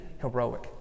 heroic